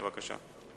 בבקשה.